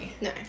No